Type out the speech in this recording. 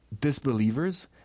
disbelievers